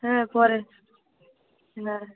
হ্যাঁ পরে হ্যাঁ